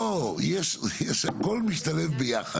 לא, הכל משתלב ביחד.